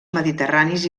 mediterranis